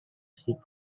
seat